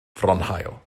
fronhaul